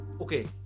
okay